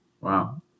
Wow